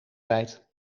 rijdt